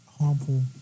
harmful